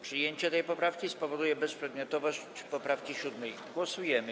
Przyjęcie tej poprawki spowoduje bezprzedmiotowość poprawki 7. Głosujemy.